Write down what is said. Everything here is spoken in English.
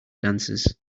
dancers